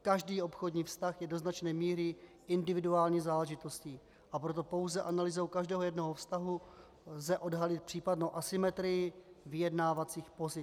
Každý obchodní vztah je do značné míry individuální záležitostí, a proto pouze analýzou u každého jednoho vztahu lze odhalit případnou asymetrii vyjednávacích pozic.